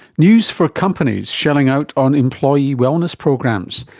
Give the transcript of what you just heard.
news for companies shelling out on employee wellness programs.